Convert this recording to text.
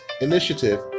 initiative